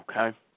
Okay